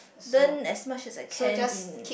learn as much as I can in